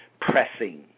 pressing